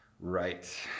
Right